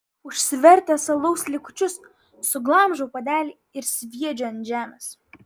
užsivertęs alaus likučius suglamžau puodelį ir sviedžiu ant žemės